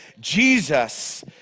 Jesus